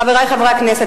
חברי חברי הכנסת,